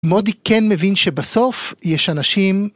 מודי כן מבין שבסוף יש אנשים